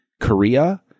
Korea